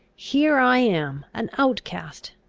here i am, an outcast,